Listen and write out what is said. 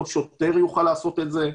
שוטר לא יוכל לעשות את זה,